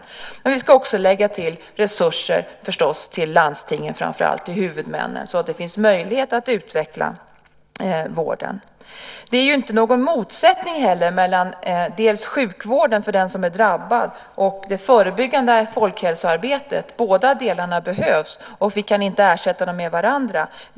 Naturligtvis ska vi dock också lägga till resurser till framför allt landstingen, till huvudmännen, så att det finns möjlighet att utveckla vården. Det är ju heller ingen motsättning mellan sjukvården för den som är drabbad och det förebyggande folkhälsoarbetet. Båda delarna behövs. Vi kan inte ersätta någon med den andra.